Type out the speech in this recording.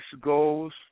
goals